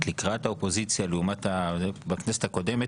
לקראת האופוזיציה לעומת מה שהיה בכנסת הקודמת,